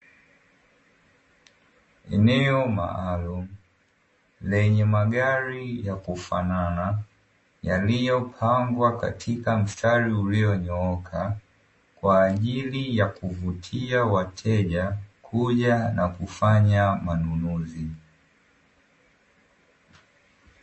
Eneo maalumu lenye magari ya kufanana yaliyopangwa katika mstari ulionyooka, kwa ajili ya kuvutia wateja kuja na kufanya manunuzi.